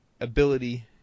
ability